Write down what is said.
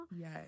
Yes